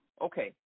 okay